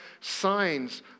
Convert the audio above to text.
signs